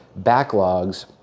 backlogs